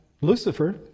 Lucifer